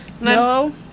No